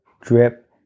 drip